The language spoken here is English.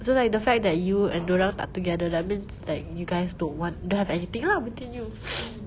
so like the fact that you and dorang tak together that means like you guys don't want don't have anything lah between you